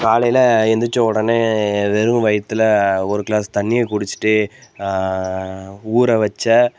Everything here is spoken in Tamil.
காலையில் எழுந்திருச்ச உடனே வெறும் வயித்தில் ஒரு க்ளாஸ் தண்ணியை குடிச்சுட்டு ஊறவச்ச